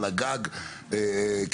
על הגג כסככה,